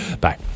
Bye